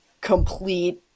complete